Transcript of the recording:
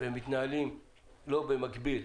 ומתנהלים לא במקביל,